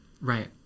Right